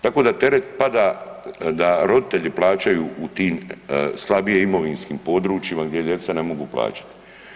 Tako da teret pada, da roditelji plaćaju u tim slabije imovinskim područjima gdje djeca ne mogu plaćat.